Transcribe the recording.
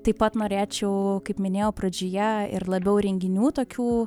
taip pat norėčiau kaip minėjau pradžioje ir labiau renginių tokių